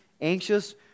anxious